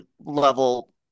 level